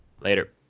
Later